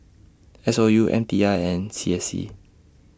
S O U M T I and C S C